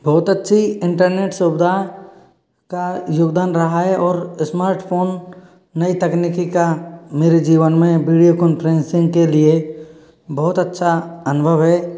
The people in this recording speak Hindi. बहुत अच्छी इंटरनेट सुविधा का योगदान रहा है और स्मार्टफ़ोन नई तकनीकी का मेरे जीवन में वीडियो कॉन्फ्रेंसिंग के लिए बहुत अच्छा अनुभव है